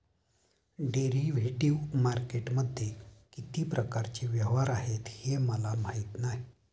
derivative मार्केटमध्ये किती प्रकारचे व्यवहार आहेत हे मला माहीत नाही